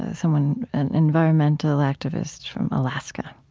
ah someone, an environmental activist from alaska.